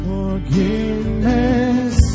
Forgiveness